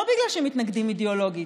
לא בגלל שהן מתנגדות אידיאולוגית,